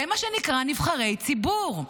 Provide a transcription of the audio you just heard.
זה מה שנקרא: נבחרי ציבור.